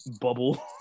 bubble